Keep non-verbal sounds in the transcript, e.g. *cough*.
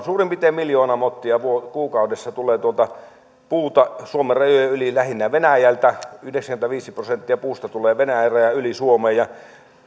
*unintelligible* suurin piirtein miljoona mottia kuukaudessa tulee tuota tuontipuuta suomen rajojen yli lähinnä venäjältä yhdeksänkymmentäviisi prosenttia puusta tulee venäjän rajan yli suomeen ja